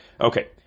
Okay